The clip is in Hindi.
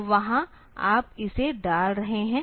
तो वहा आप इसे डाल रहे हैं